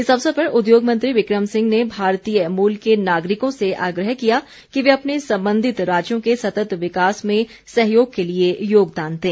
इस अवसर पर उद्योग मंत्री बिक्रम सिंह ने भारतीय मूल के नागरिकों से आग्रह किया कि वे अपने संबंधित राज्यों के सतत विकास में सहयोग के लिए योगदान दें